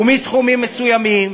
ומסכומים מסוימים